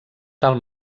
tal